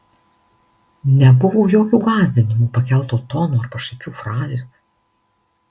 nebuvo jokių gąsdinimų pakelto tono ar pašaipių frazių